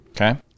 Okay